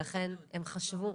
לכן הם חשבו,